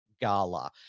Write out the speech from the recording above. gala